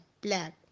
black